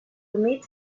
humit